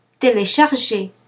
Télécharger